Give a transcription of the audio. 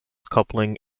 coupling